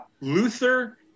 luther